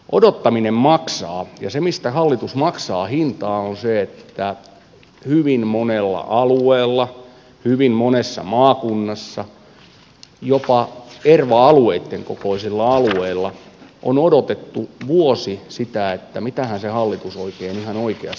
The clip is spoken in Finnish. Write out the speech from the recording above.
odottaminen maksaa ja se mistä hallitus maksaa hintaa on se että hyvin monella alueella hyvin monessa maakunnassa jopa erva alueitten kokoisilla alueilla on odotettu vuosi sitä mitähän se hallitus oikein ihan oikeasti aikoo tehdä